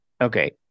okay